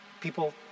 people